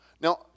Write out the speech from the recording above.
Now